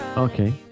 Okay